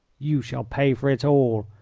you shall pay for it all,